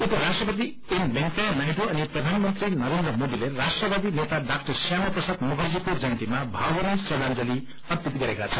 उपराष्ट्रपति एम वेकैया नायडू अनि प्रधानमंत्री नरेन्द्र मोदीले राष्ट्रवादी नेता ड़ाक्टर श्यामा प्रसाद मुखर्जीको जयन्तीमा भावभिनी श्रदाजंली अपति गरेका छन्